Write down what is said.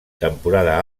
temporada